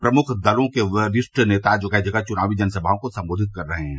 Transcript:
प्रमुख दलों के वरिष्ठ नेता जगह जगह चुनावी जनसभाओं को सम्बोधित कर रहे हैं